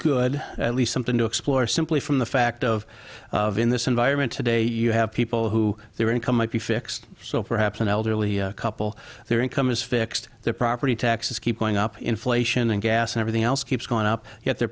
good at least something to explore simply from the fact of of in this environment today you have people who their income might be fixed so perhaps an elderly couple their income is fixed their property taxes keep going up inflation and gas and everything else keeps going up yet their